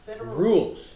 rules